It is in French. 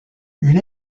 une